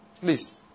Please